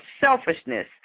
selfishness